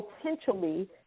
potentially